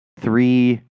three